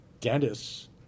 dentist's